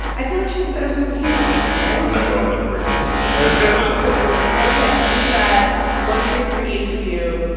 i feel like she has a better sense of humor than that, right? i'm not going into cory booker's love life. and not going there ok. we've got one point for each of you.